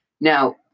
Now